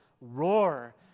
roar